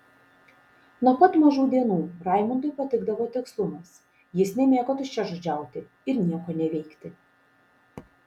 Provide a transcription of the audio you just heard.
nuo pat mažų dienų raimundui patikdavo tikslumas jis nemėgo tuščiažodžiauti ir nieko neveikti